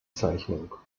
zeichnung